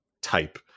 type